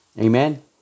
Amen